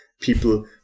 people